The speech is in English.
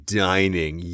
dining